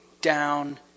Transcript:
down